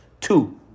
two